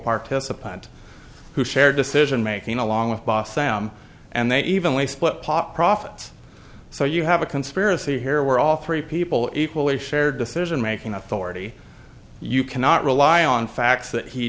participant who shared decision making along with boss sam and they evenly split pot profits so you have a conspiracy here where all three people equally shared decision making authority you cannot rely on facts that he